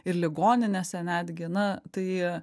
ir ligoninėse netgi na tai